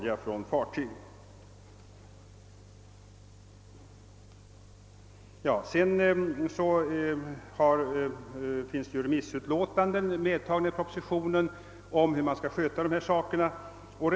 I propositionen redogörs också för remissyttranden som behandlar dessa frågor.